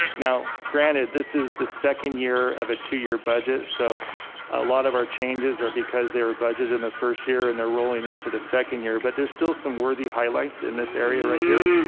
now, granted, this is the second year of a two year budget. so a lot of our changes are because they were budgeted in the first year and they're rolling into the second year, but there's still some worthy highlights in this area right here.